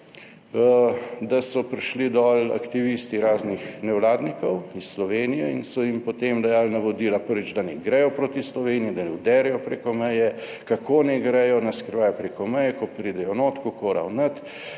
da so prišli dol aktivisti raznih nevladnikov iz Slovenije in so jim potem dajali navodila, prvič, da naj gredo proti Sloveniji, da naj vderejo preko meje, kako naj gredo na skrivaj preko meje, ko pridejo noter kako ravnati,